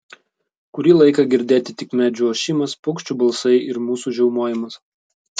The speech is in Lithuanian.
kurį laiką girdėti tik medžių ošimas paukščių balsai ir mūsų žiaumojimas